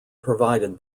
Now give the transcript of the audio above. provided